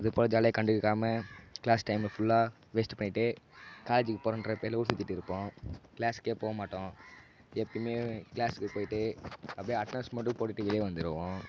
அதுபோல் ஜாலியாக கண்டுக்காமல் க்ளாஸ் டைமில் ஃபுல்லாக வேஸ்டு பண்ணிகிட்டு காலேஜுக்கு போறோன்கிற பேரில் ஊர் சுற்றிட்டு இருப்போம் க்ளாஸுக்கே போக மாட்டோம் எப்பயுமே க்ளாஸுக்கு போய்ட்டு அப்டேயே அட்டனன்ஸ் மட்டும் போட்டுவிட்டு வெளியே வந்திடுவோம்